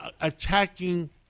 attacking